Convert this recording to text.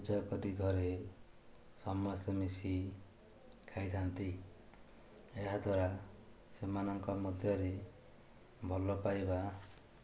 ପୂଜା କରି ଘରେ ସମସ୍ତେ ମିଶି ଖାଇଥାନ୍ତି ଏହାଦ୍ୱାରା ସେମାନଙ୍କ ମଧ୍ୟରେ ଭଲ ପାଇବା